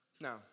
Now